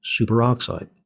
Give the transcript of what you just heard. superoxide